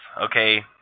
okay